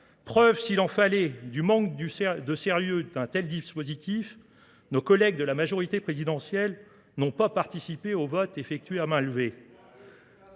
Preuve, s'il en fallait du manque de sérieux d'un tel dispositif, nos collègues de la majorité présidentielle n'ont pas participé au vote effectué à main levée.